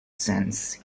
sense